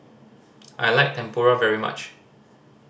I like Tempura very much